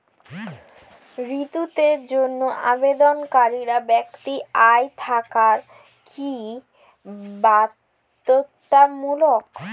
ঋণের জন্য আবেদনকারী ব্যক্তি আয় থাকা কি বাধ্যতামূলক?